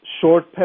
short